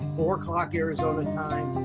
four o'clock arizona time,